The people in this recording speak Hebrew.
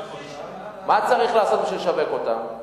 מה צריך לעשות בשביל לשווק אותן?